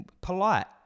polite